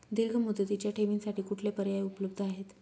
दीर्घ मुदतीच्या ठेवींसाठी कुठले पर्याय उपलब्ध आहेत?